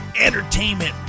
entertainment